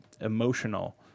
emotional